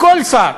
לכל שר.